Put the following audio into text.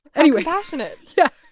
and how compassionate yeah.